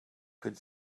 could